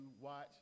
watch